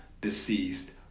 deceased